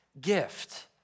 gift